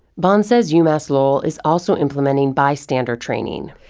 bond says umass lowell is also implementing bystander training.